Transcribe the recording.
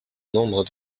nombre